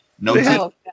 No